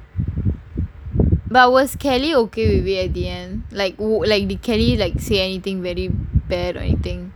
but was kelly okay with the idea like would like did kelly like say anything very bad or anything